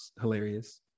hilarious